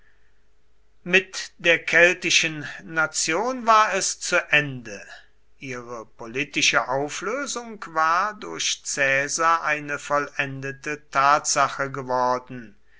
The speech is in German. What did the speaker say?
mit der keltischen nation war es zu ende ihre politische auflösung war durch caesar eine vollendete tatsache geworden